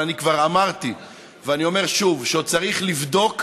אבל אני כבר אמרתי ואני אומר שוב שעוד צריך לבדוק